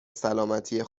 سلامتی